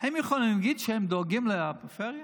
הם יכולים להגיד שהם דואגים לפריפריה?